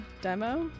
demo